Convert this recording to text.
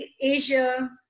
Asia